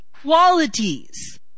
qualities